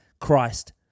Christ